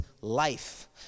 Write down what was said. life